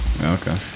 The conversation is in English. Okay